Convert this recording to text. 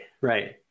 right